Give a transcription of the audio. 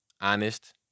honest